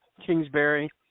Kingsbury